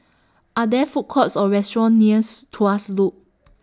Are There Food Courts Or restaurants nears Tuas Loop